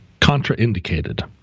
contraindicated